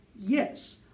Yes